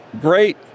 great